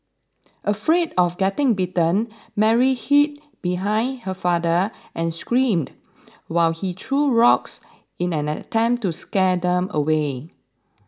afraid of getting bitten Mary hid behind her father and screamed while he threw rocks in an attempt to scare them away